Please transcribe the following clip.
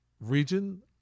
region